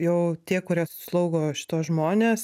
jau tie kurie slaugo šituos žmones